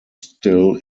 still